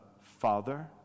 father